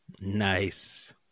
Nice